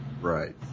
Right